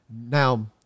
now